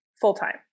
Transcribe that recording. full-time